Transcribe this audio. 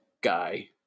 guy